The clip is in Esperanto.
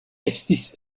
estis